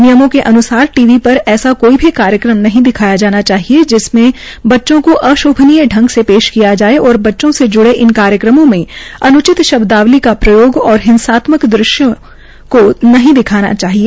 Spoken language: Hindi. नियमों के अन्सार टी वी पर ऐसा कोई भी कार्यक्रम नहीं दिखाया जाना चाहिए जिसमें बच्चों को आशोभनीय ांग से पेश किया जाये और बच्चों से जुड़े इन कार्यक्रमों में अनुचित शब्दावली को प्रयोग और हिंसात्मक दृश्यों को नहीं दिखाया जाना चाहिए